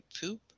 poop